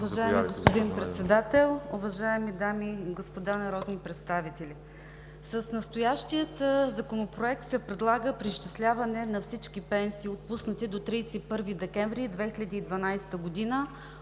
Уважаеми господин Председател, уважаеми дами и господа народни представители! С настоящия Законопроект се предлага преизчисляване на всички пенсии, отпуснати до 31 декември 2012 г.,